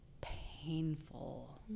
painful